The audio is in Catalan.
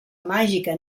màgica